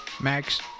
Max